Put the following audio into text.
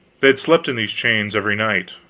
they had slept in these chains every night,